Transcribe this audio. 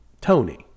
Tony